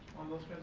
on those